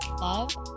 love